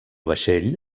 vaixell